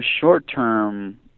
short-term